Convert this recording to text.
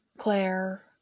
Claire